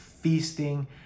Feasting